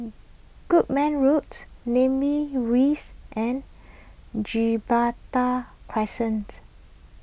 Goodman Road Namly Rise and Crescent